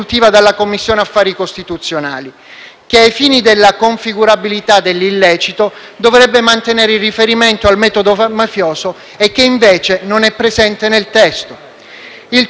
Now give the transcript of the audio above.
che, ai fini della configurabilità dell'illecito, dovrebbe mantenere il riferimento al metodo mafioso, che invece non è presente nel testo.